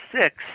six